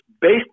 based